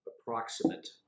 approximate